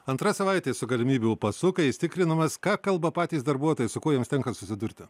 antra savaitė su galimybių pasu kai jis tikrinamas ką kalba patys darbuotojai su kuo jiems tenka susidurti